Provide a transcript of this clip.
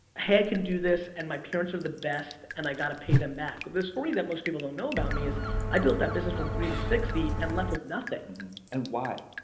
hey i can do this and my parents are the best and i got to pay them back. the story that most people don't know about me is i built that business from three to sixty and left with nothing. and why?